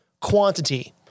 quantity